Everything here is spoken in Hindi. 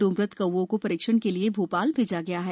दो मृत कोओं को परीक्षण के लिये भोपाल भेजा गया है